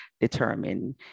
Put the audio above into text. determine